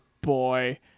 boy